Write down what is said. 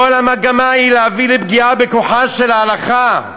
כל המגמה היא להביא לפגיעה בכוחה של ההלכה.